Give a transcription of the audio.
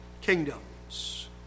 kingdoms